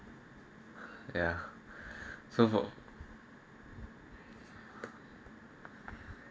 ya so for